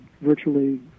virtually